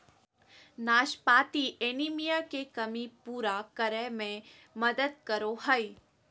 नाशपाती एनीमिया के कमी पूरा करै में मदद करो हइ